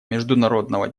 международного